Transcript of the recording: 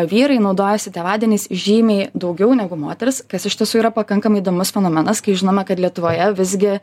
vyrai naudojasi tėvadieniais žymiai daugiau negu moterys kas iš tiesų yra pakankamai įdomus fenomenas kai žinome kad lietuvoje visgi